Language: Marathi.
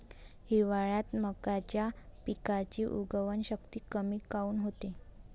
हिवाळ्यात मक्याच्या पिकाची उगवन शक्ती कमी काऊन होते?